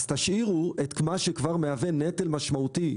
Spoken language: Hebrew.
אז תשאירו את מה שכבר מהווה נטל משמעותי.